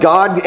God